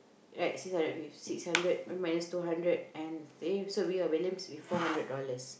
right six hundred fif~ six hundred minus two hundred and eh so we have balance with four hundred dollars